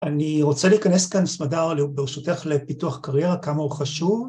‫אני רוצה להיכנס כאן, סמדר, ‫ברשותך לפיתוח קריירה כמה הוא חשוב.